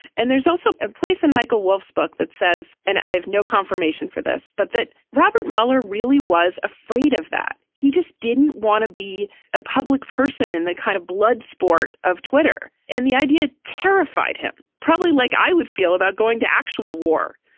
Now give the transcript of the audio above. and there's also a place in michael wolff's book that says and i have no confirmation for this, but that robert mueller really was afraid of that. he just didn't want to be a public person in the kind of blood sport of twitter and the idea terrified him, probably like i would feel about going to actual war.